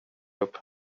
upp